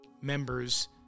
members